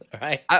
right